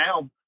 now